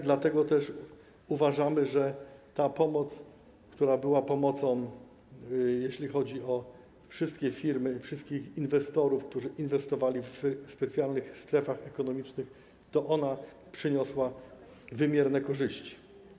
Dlatego też uważamy że ta pomoc, która była pomocą dla wszystkich firm, wszystkich inwestorów, którzy inwestowali w specjalnych strefach ekonomicznych, przyniosła wymierne korzyści.